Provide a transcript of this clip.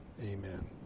amen